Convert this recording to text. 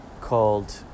called